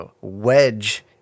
wedge